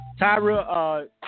Tyra